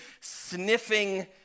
sniffing